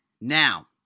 Now